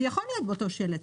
זה יכול להיות באותו שלט.